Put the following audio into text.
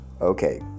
Okay